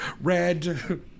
red